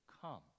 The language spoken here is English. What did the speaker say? come